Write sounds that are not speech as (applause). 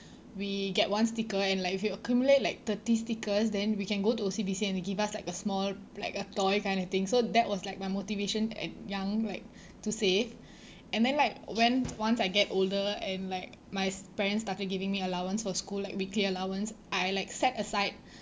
we get one sticker and like if you accumulate like thirty stickers then we can go to O_C_B_C and they give us like a small like a toy kind of thing so that was like my motivation at young like (breath) to save and then like when once I get older and like my s~ parents started giving me allowance for school like weekly allowance I like set aside (breath)